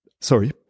Sorry